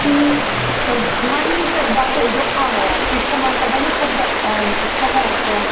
कि मन निं करदा कि उद्धरो आने दा इक मन करदा कि उ'त्थें उ'त्थें गै रौह्चे